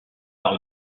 par